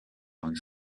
long